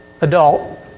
adult